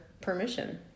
permission